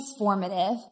transformative